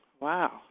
Wow